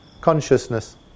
consciousness